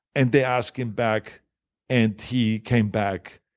and they asked him back and he came back,